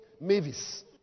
Mavis